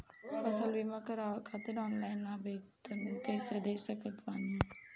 फसल बीमा करवाए खातिर ऑनलाइन आवेदन कइसे दे सकत बानी?